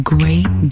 Great